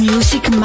Music